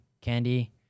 Candy